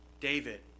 David